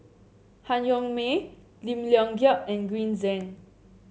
Han Yong May Lim Leong Geok and Green Zeng